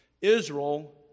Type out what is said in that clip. Israel